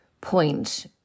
point